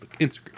Instagram